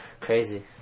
Crazy